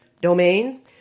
domain